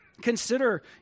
Consider